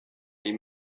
les